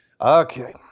Okay